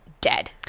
dead